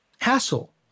hassle